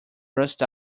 rust